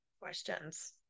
questions